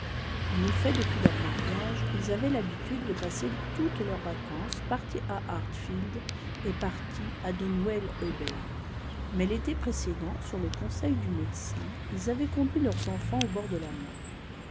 en effet depuis leur mariage ils avaient l'habitude de passer toutes leurs vacances partie à hartfield et partie à donwell abbey mais l'été précédent sur le conseil du médecin ils avaient conduit leurs enfants au bord de la mer